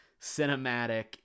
cinematic